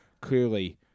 clearly